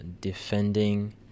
defending